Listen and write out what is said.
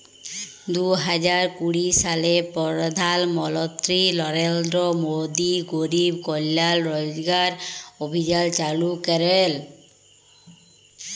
দু হাজার কুড়ি সালে পরধাল মলত্রি লরেলদ্র মোদি গরিব কল্যাল রজগার অভিযাল চালু ক্যরেল